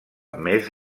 més